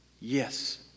yes